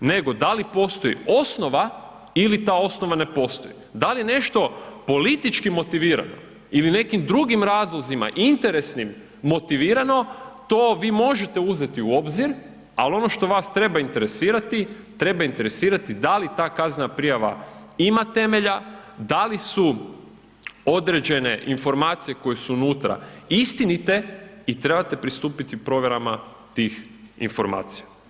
nego da li postoji osnova ili ta osnova ne postoji, da li je nešto politički motivirano ili nekim drugim razlozima interesnim motivirano, to vi možete uzeti u obzir, al ono što vas treba interesirati, treba interesirati da li ta kaznena prijava ima temelja, da li su određene informacije koje su unutra istinite i trebate pristupiti provjerama tih informacija.